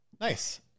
Nice